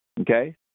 Okay